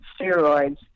steroids